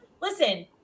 listen